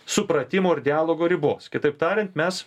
supratimo ir dialogo ribos kitaip tariant mes